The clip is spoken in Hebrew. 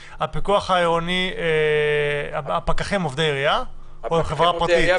הפקחים הם עובדי עירייה או חברה פרטית?